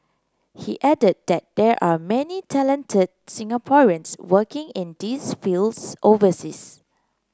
he added that there are many talented Singaporeans working in these fields overseas